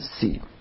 see